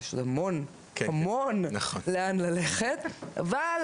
שזה המון המון לאן ללכת, אבל